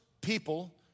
people